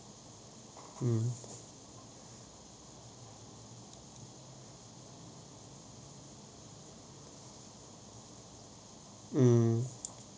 uh uh